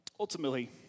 Ultimately